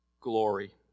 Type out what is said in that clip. glory